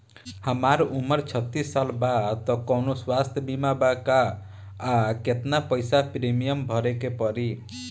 हमार उम्र छत्तिस साल बा त कौनों स्वास्थ्य बीमा बा का आ केतना पईसा प्रीमियम भरे के पड़ी?